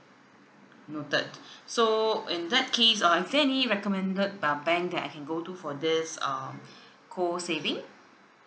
noted so in that case uh is there any recommended uh bank that I can go to for this um co saving